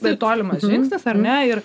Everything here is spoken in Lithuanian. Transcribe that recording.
tai tolimas žingsnis ar ne ir